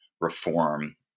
reform